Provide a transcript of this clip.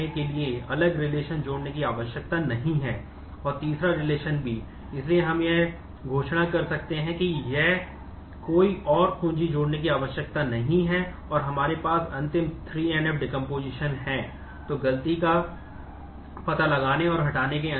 तो गलती का पता लगाने और हटाने के अंत में